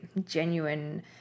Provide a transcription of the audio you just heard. genuine